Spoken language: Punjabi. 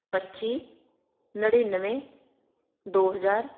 ਪੱਚੀ ਨੜਿਨਵੇਂ ਦੋ ਹਜ਼ਾਰ